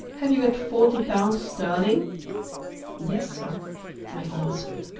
have you got forty pounds sterling yes, sir i answered.